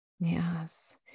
Yes